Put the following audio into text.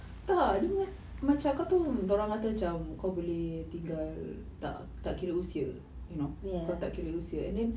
tak dia macam kau tahu dorang kata macam kau boleh tinggal tak kira usia you know kau tak kira usia and then